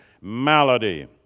malady